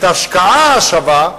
את ההשקעה השווה,